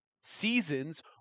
seasons